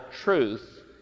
truth